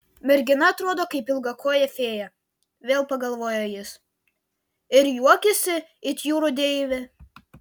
mergina atrodo kaip ilgakojė fėja vėl pagalvojo jis ir juokiasi it jūrų deivė